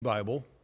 Bible